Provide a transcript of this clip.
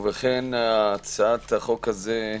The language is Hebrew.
ובכן, הצעת החוק הזאת,